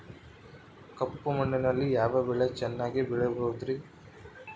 ಕಪ್ಪು ಮಣ್ಣಿನಲ್ಲಿ ಯಾವ ಬೆಳೆ ಚೆನ್ನಾಗಿ ಬೆಳೆಯಬಹುದ್ರಿ?